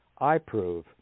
iProve